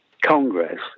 Congress